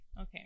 Okay